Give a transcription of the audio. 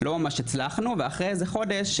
לא ממש הצלחנו ואחרי איזה חודש,